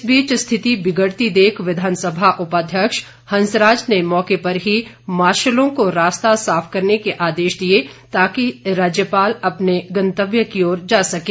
इस बीच स्थिति बिगड़ती देख विधानसभा उपाध्यक्ष हंसराज ने मौके पर ही मार्शलों को रास्ता साफ करने के आदेश दिए ताकि राज्यपाल अपने गंतव्य की ओर जा सकें